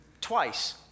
Twice